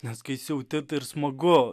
nes kai siauti tai ir smagu